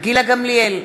גילה גמליאל,